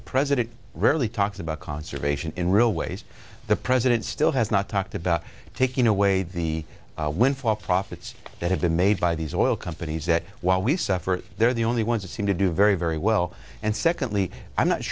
the president rarely talks about conservation in real ways the president still has not talked about taking away the windfall profits that have been made by these oil companies that while we suffer they're the only ones that seem to do very very well and secondly i'm not